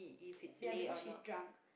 ya because she's drunk